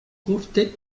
corte